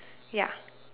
ya